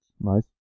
Nice